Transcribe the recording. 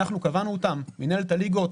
אנחנו קבענו אותם, מינהלת הליגות,